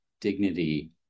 dignity